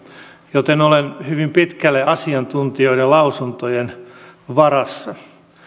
joten olen hyvin pitkälle asiantuntijoiden lausuntojen varassa